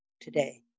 today